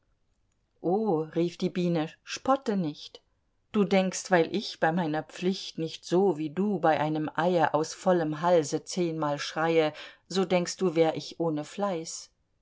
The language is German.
rief die biene spotte nicht du denkst weil ich bei meiner pflicht nicht so wie du bei einem eie aus vollem halse zehnmal schreie so denkst du wär ich ohne fleiß